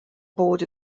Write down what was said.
board